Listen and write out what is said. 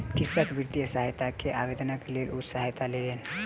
कृषक वित्तीय सहायता के आवेदनक लेल ओ सहायता लेलैन